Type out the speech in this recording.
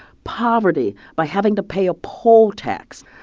poverty by having to pay a poll tax.